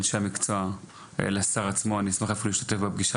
עם אנשים המקצוע ואני אפילו אשמח להשתתף בה,